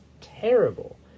terrible